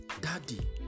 Daddy